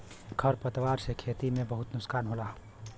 खर पतवार से खेती में बहुत नुकसान होला